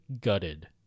gutted